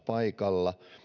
paikalla